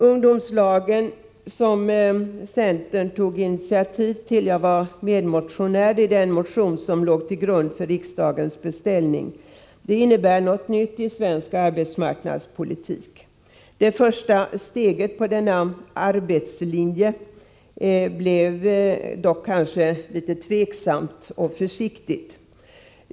Ungdomslagen — som centern tog initiativ till; jag var medmotionär i den motion som låg till grund för riksdagens beställning — innebär något nytt i svensk arbetsmarknadspolitik. Det första steget på denna arbetslinje blev dock kanske litet tveksamt och försiktigt.